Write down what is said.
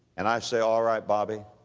and i say, all right, bobby,